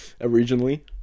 Originally